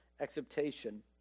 acceptation